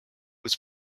was